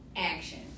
action